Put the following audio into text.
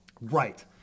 Right